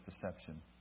deception